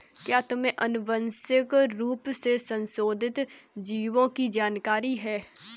क्या तुम्हें आनुवंशिक रूप से संशोधित जीवों की जानकारी है?